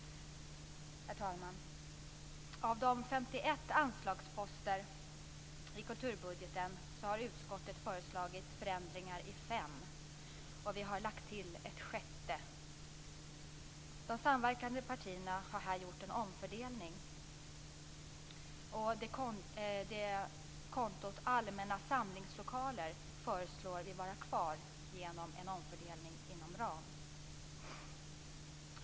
Herr talman! Av de 51 anslagsposterna i kulturbudgeten har utskottet föreslagit förändringar i fem anslag och lagt till ett sjätte. De samverkande partierna har här gjort en omfördelning. Kontot Allmänna samlingslokaler föreslås vara kvar genom en omfördelning inom ram.